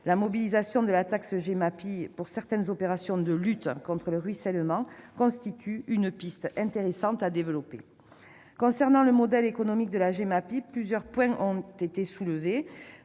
La mobilisation de la taxe Gemapi pour certaines opérations de lutte contre le ruissellement constitue une piste intéressante à développer. Concernant le modèle économique de la Gemapi, plusieurs points ont été soulevés